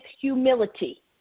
humility